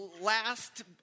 last